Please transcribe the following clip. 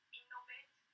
innovate